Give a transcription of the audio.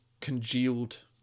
congealed